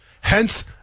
Hence